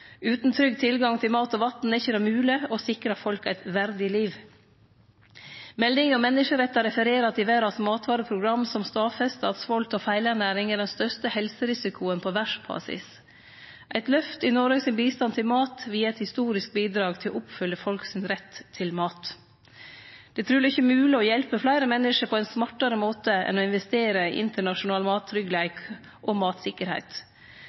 Utan trygg tilgang til mat og vatn er det ikkje mogleg å sikre folk eit verdig liv. Meldinga om menneskerettar refererer til Verdas matvareprogram, som stadfestar at svolt og feilernæring er den største helserisikoen på verdsbasis. Eit løft i Noregs bistand til mat vil gi eit historisk bidrag til å oppfylle folk sin rett til mat. Det er truleg ikkje mogleg å hjelpe fleire menneske på ein smartare måte enn å investere i internasjonal mattryggleik og matsikkerheit.